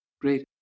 great